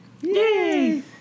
Yay